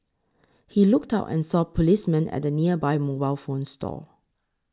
he looked out and saw policemen at the nearby mobile phone store